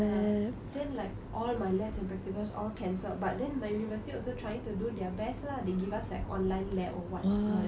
then like all my labs and practicals all cancelled but then my university also trying to do their best lah they give us like online lab or what whatever